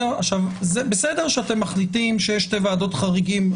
זה בסדר שאתם מחליטים שיש שתי ועדות חריגים,